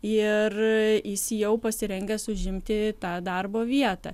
ir jis jau pasirengęs užimti tą darbo vietą